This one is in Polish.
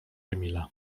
emila